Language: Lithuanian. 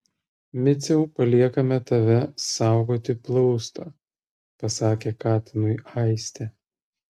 miciau paliekame tave saugoti plaustą pasakė katinui aistė